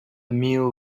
meal